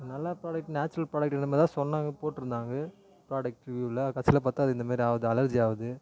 நல்ல product natural product இந்த மாரி தான் சொன்னாங்க போட்டுருந்தாக ப்ராடெக்ட் ரிவ்யூவ்வில் கடைசியில் பார்த்தா அது இந்த மாரி ஆகுது அலர்ஜி ஆகுது